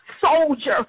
soldier